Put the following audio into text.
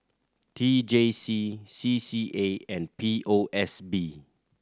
T J C C C A and P O S B